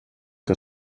que